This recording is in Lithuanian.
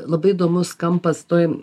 labai įdomus kampas tuoj